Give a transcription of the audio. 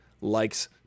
likes